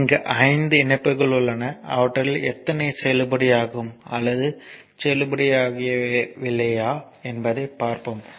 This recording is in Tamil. இங்கு 5 இணைப்புகள் உள்ளன அவற்றில் எத்தனை செல்லுபடியாகும் அல்லது செல்லுபடியாகவில்லையா என்பதைப் பார்ப்போம்